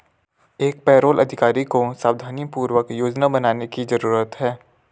एक पेरोल अधिकारी को सावधानीपूर्वक योजना बनाने की जरूरत है